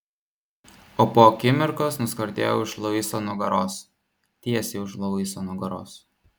o po akimirkos nuskardėjo už luiso nugaros tiesiai už luiso nugaros